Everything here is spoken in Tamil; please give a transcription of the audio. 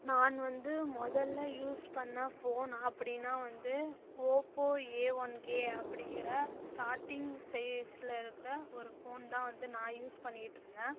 நான் வந்து முதல்ல யூஸ் பண்ணிண ஃபோன் அப்படின்னால் வந்து ஓப்போ ஏ ஒன் கே அப்படிங்கிற ஸ்டார்டிங் சைஸ்ல இருக்கிற ஒரு ஃபோன் தான் வந்து நான் யூஸ் பண்ணிக்கிட்டு இருந்தேன்